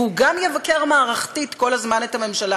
והוא גם יבקר מערכתית כל הזמן את הממשלה.